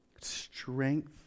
strength